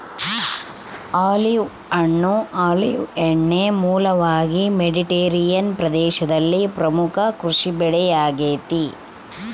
olive ಹಣ್ಣು olive ಎಣ್ಣೆಯ ಮೂಲವಾಗಿ ಮೆಡಿಟರೇನಿಯನ್ ಪ್ರದೇಶದಲ್ಲಿ ಪ್ರಮುಖ ಕೃಷಿಬೆಳೆ ಆಗೆತೆ